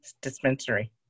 dispensary